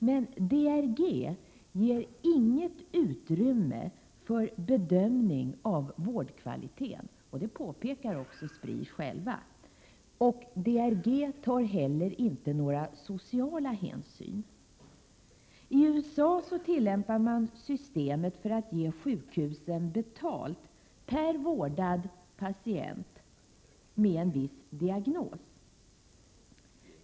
Men DRG ger inget utrymme för bedömning av vårdkvaliteten — som Spri också påpekar. DRG tar inte heller några sociala hänsyn. I USA tillämpas systemet för att sjukhusen skall få betalt per vårdad patient med en viss diagnos.